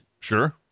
Sure